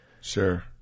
sure